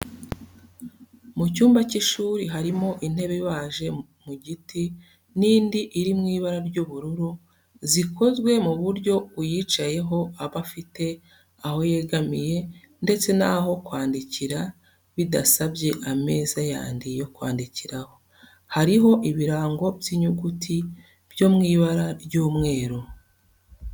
Mu cyumba cy'ishuri harimo intebe ibaje mu giti n'indi iri mu ibara ry'ubururu, zikozwe ku buryo uyicayeho aba afite aho yegamira ndetse n'aho kwandikira bidasabye ameza yandi yo kwandikiraho, hariho ibirango by'inyuguti byo mw'ibara ry'umweru.